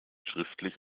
schriftlich